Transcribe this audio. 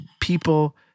people